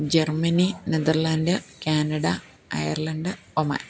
Germany Netherland Canada Ireland Oman